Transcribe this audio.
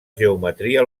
geometria